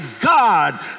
God